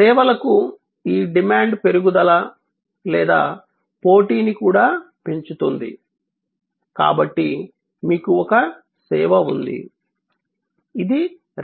సేవలకు ఈ డిమాండ్ పెరుగుదల లేదా పోటీని కూడా పెంచుతుంది కాబట్టి మీకు ఒక సేవ ఉంది ఇది